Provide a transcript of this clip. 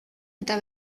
eta